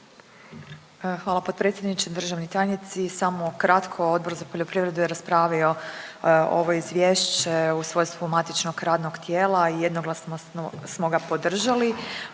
Hvala potpredsjedniče. Državni tajnici, samo kratko Odbor za poljoprivredu je raspravio ovo izvješće u svojstvu matičnog radnog tijela i jednoglasno smo ga podržali.